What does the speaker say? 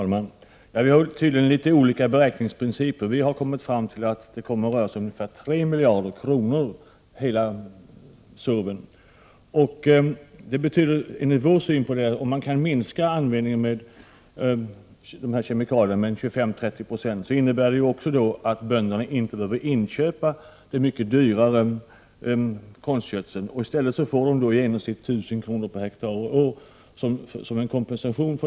Herr talman! Vi har tydligen litet olika beräkningsprinciper. Inom miljöpartiet har vi kommit fram till att det kommer att röra sig om ungefär 3 miljarder kronor totalt. Om man kan minska användningen av dessa kemikalier med 25-30 96, så innebär det också, enligt vår syn, att bönderna inte behöver inköpa den mycket dyra konstgödseln. I stället får de i genomsnitt 1 000 kr. per hektar och år som kompensation.